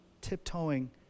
tiptoeing